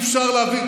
אי-אפשר להביא,